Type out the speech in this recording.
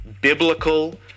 biblical